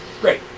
Great